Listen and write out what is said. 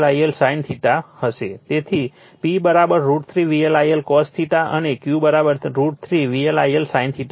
તેથી P √ 3 VL I L cos અને Q √ 3 VL I L sin હશે